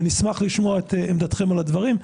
ונשמח לשמוע את עמדתכם על הדברים.